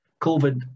COVID